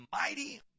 mighty